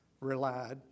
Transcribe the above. relied